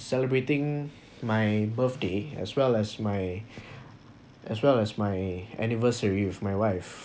celebrating my birthday as well as my as well as my anniversary with my wife